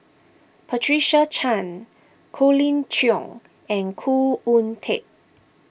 Patricia Chan Colin Cheong and Khoo Oon Teik